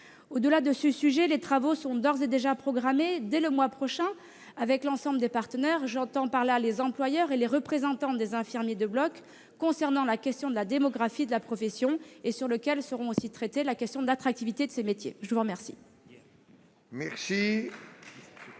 Au-delà de ce sujet, les travaux sont d'ores et déjà programmés dès le mois prochain, avec l'ensemble des partenaires- employeurs et représentants des infirmiers de bloc -, concernant la question de la démographie de la profession et au cours desquels sera aussi traitée la question de l'attractivité de ces métiers. La parole